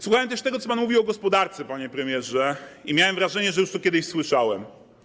Słuchałem też tego, co pan mówił o gospodarce, panie premierze, i miałem wrażenie, że już to kiedyś słyszałem.